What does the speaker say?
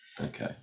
Okay